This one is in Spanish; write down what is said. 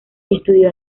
estudió